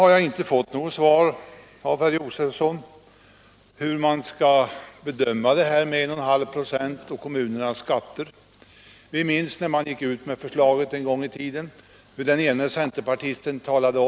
Jag har inte fått något svar av herr Josefson om hur man skall bedöma den föreslagna höjningen av socialavgiften med 1,5 96 i stället för 3 96 i förhållande till kommunernas skatter.